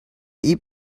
eat